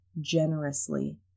generously